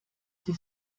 sie